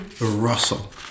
Russell